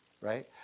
Right